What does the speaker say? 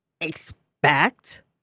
expect